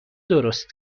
درست